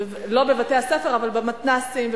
לא בבתי-הספר אבל במתנ"סים,